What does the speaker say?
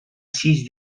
sis